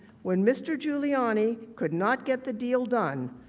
when mr. giuliani could not get the deal done,